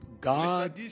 God